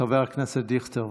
חבר הכנסת דיכטר,